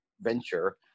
venture